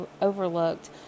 overlooked